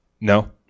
no